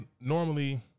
normally